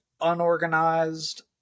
unorganized